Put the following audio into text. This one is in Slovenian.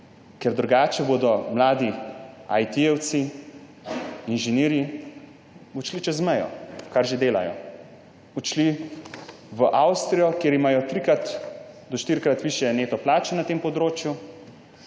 ker drugače bodo mladi ajtijevci, inženirji odšli čez mejo, kar že delajo. Odšli bodo v Avstrijo, kje imajo trikrat do štirikrat višje neto plačo na tem področju.